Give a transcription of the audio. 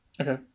Okay